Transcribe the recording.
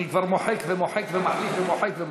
אני מוחק ומוחק ומחליף ומוחק.